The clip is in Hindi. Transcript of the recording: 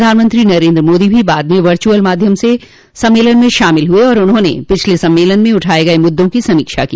प्रधानमंत्री नरेन्द्र मोदी भी बाद म वर्चुअल माध्यम से सम्मेलन में शामिल हुए और उन्होंने पिछले सम्मेलन में उठाए गए मुद्दों की समीक्षा की